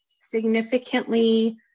significantly